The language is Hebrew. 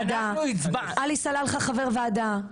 עלי סלאלחה חבר ועדה,